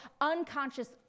unconscious